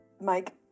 Mike